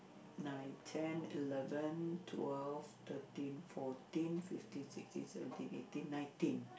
nine ten eleven twelve thirteen fourteen fifteen sixteen seventeen eighteen nineteen